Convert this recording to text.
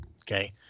okay